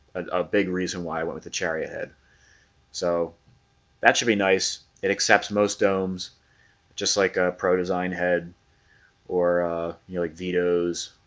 ah big reason why i went with the cherry a head so that should be nice it accepts. most domes just like ah pro design head or you know like vetoes